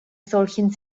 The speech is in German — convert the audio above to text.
solchen